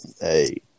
hey